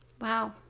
Wow